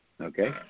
Okay